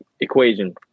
equation